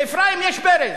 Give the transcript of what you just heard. לאפרים יש ברז,